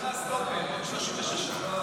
אורית פתחה סטופר, עוד 36 שעות.